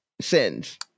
sins